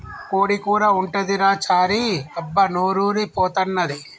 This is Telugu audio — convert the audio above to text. కోడి కూర ఉంటదిరా చారీ అబ్బా నోరూరి పోతన్నాది